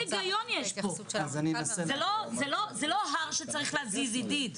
זה לא הר שצריך להזיז, עידית.